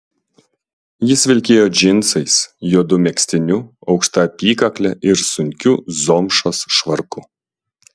jis vilkėjo džinsais juodu megztiniu aukšta apykakle ir sunkiu zomšos švarku